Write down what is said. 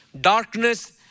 darkness